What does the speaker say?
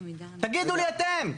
תגידו לי אתם.